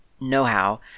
know-how